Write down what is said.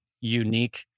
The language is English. unique